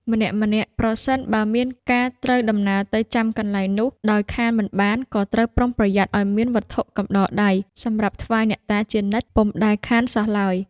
ម្នាក់ៗប្រសិនបើមានការត្រូវដំណើរទៅចំកន្លែងនោះ ដោយខានមិនបាន ក៏ត្រូវប្រុងប្រយ័ត្នឲ្យមានវត្ថុកំដរដៃ សម្រាប់ថ្វាយអ្នកតាជានិច្ច ពុំដែលខានសោះឡើយ ។